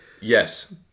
Yes